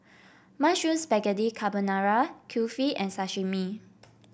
Mushroom Spaghetti Carbonara Kulfi and Sashimi